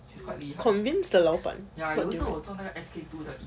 convinced the 老板 what do you